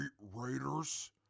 raiders